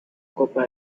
copa